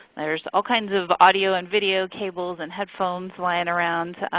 there's all kinds of audio and video cables, and headphones lying around.